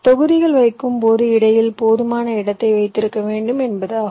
தொகுதிகள் வைக்கும்போது இடையில் போதுமான இடத்தை வைத்திருக்க வேண்டும் என்பதாகும்